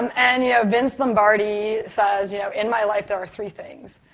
um and yeah vince lombardi says you know in my life there are three things,